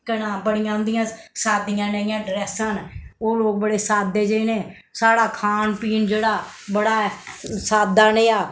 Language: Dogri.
केह् नां बड़ियां उं'दियां साद्दियां नेहियां ड्रैस्सां न ओह् लोक बड़े साद्दे जेह् न साढ़ा खान पीन जेह्ड़ा बड़ा ऐ साद्दा नेहा